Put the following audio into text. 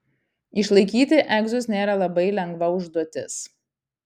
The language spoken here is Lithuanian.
išlaikyti egzus nėra labai lengva užduotis